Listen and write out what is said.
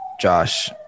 Josh